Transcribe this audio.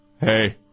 Hey